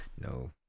no